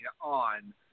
on